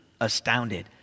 astounded